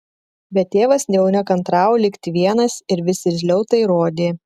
bet tėvas jau nekantravo likti vienas ir vis irzliau tai rodė